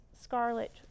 scarlet